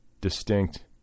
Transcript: distinct